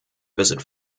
visit